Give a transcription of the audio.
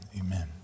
amen